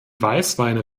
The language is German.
weißweine